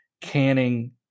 canning